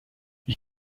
wie